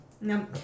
No